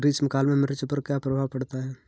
ग्रीष्म काल में मिर्च पर क्या प्रभाव पड़ता है?